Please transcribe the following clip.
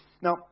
Now